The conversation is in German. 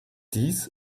dies